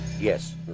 Yes